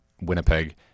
Winnipeg